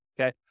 Okay